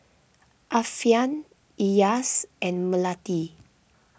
Alfian Elyas and Melati